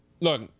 look